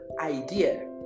idea